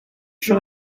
from